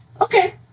Okay